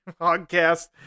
podcast